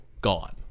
gone